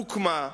הוקמה,